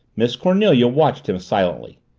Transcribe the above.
miss cornelia watched him silently.